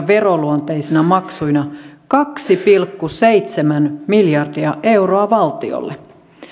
veroluonteisina maksuina kaksi pilkku seitsemän miljardia euroa valtiolle